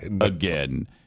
again